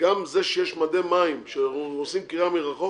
גם זה שיש מדי מים שעושים קריאה מרחוק